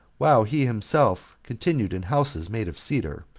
while he himself continued in houses made of cedar,